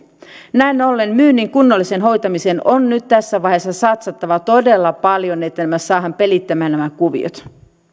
näin ollen myynnin kunnolliseen hoitamiseen on nyt tässä vaiheessa satsattava todella paljon että saadaan pelittämään nämä kuviot